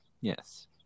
Yes